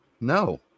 No